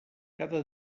cada